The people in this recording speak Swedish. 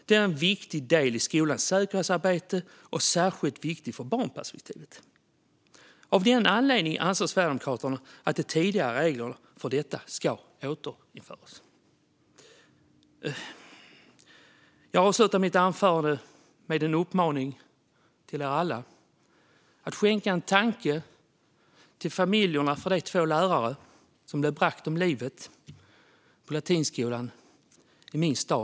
Det är en viktig del i skolans säkerhetsarbete och särskilt viktigt för barnperspektivet. Av den anledningen anser Sverigedemokraterna att de tidigare reglerna för detta ska återinföras. Jag avslutar mitt anförande med en uppmaning till er alla att skänka en tanke till familjerna till de två lärare som blev bragda om livet på Latinskolan i min hemstad.